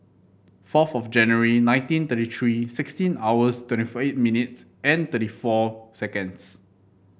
fourth of January nineteen thirty three sixteen hours twenty eight minutes and thirty four seconds